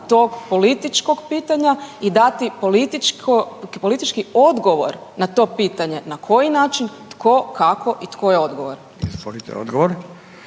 tog političkog pitanja i dati politički odgovor na to pitanje, na koji način, tko, kako i tko je odgovoran?